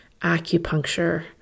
Acupuncture